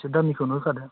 इसे दामिखौनो होखादो